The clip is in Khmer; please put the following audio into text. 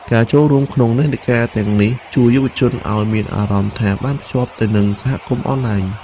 ការចូលរួមក្នុងនិន្នាការទាំងនេះជួយយុវជនឱ្យមានអារម្មណ៍ថាបានភ្ជាប់ទៅនឹងសហគមន៍អនឡាញ។